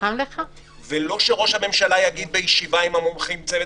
ולא שראש הממשלה יגיד בישיבה עם צוות